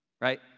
right